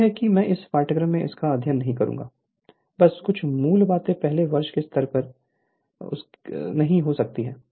यह है कि मैं इस पाठ्यक्रम में इसका अध्ययन नहीं करूंगा बस कुछ मूल बातें पहले वर्ष के स्तर से परे नहीं हो सकती हैं